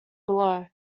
below